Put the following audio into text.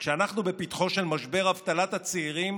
כשאנחנו בפתחו של משבר אבטלת הצעירים